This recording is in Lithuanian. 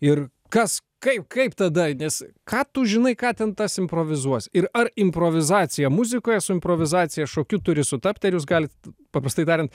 ir kas kaip kaip tada nes ką tu žinai ką ten tas improvizuos ir ar improvizacija muzikoje su improvizacija šokiu turi sutapti ar jūs galit paprastai tariant